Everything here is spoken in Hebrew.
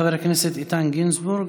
חבר הכנסת איתן גינזבורג,